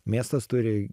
miestas turi